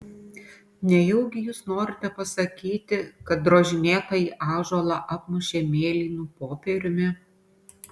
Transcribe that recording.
nejaugi jūs norite pasakyti kad drožinėtąjį ąžuolą apmušė mėlynu popieriumi